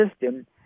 system